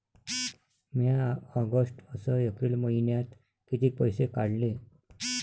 म्या ऑगस्ट अस एप्रिल मइन्यात कितीक पैसे काढले?